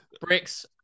bricks